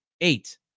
Eight